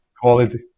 quality